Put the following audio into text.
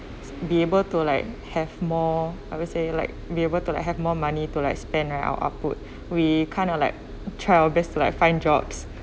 be able to like have more I would say like be able to like have more money to like spend on our output we kind of like try our best to like find jobs